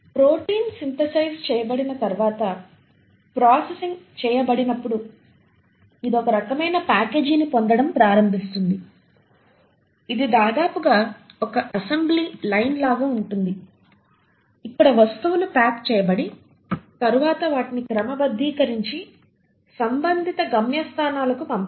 protein synthesise చేయబడిన తర్వాత process చేయబడినప్పుడు ఇది ఒక రకమైన ప్యాకేజీని పొందడం ప్రారంభిస్తుంది ఇది దాదాపు ఒక అసెంబ్లీ లైన్ లాగా ఉంటుంది ఇక్కడ వస్తువులు ప్యాక్ చేయబడి తరువాత వాటిని క్రమబద్ధీకరించి సంబంధిత గమ్యస్థానాలకు పంపాలి